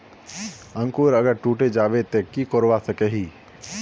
अंकूर अगर टूटे जाबे ते की करवा सकोहो ही?